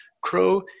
Crow